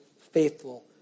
faithful